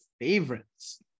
favorites